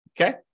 Okay